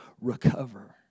recover